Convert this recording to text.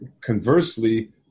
conversely